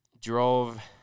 drove